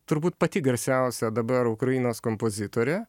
turbūt pati garsiausia dabar ukrainos kompozitorė